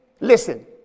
Listen